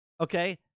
okay